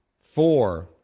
four